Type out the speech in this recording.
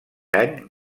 any